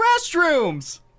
restrooms